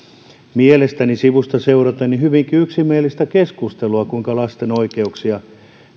mielestäni sivusta seuraten hyvinkin yksimielistä keskustelua siitä kuinka lasten oikeuksia